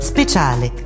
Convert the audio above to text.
Speciale